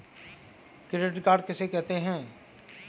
Credit card किसे कहते हैं?